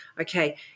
okay